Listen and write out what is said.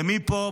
ומפה,